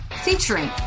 featuring